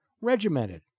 regimented